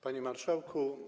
Panie Marszałku!